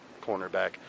cornerback